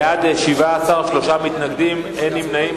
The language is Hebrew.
בעד, 17, שלושה מתנגדים, אין נמנעים.